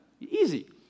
Easy